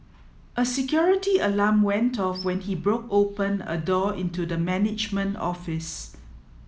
a security alarm went off when he broke open a door into the management office